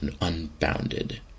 unbounded